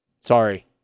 Sorry